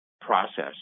process